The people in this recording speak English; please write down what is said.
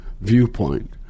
viewpoint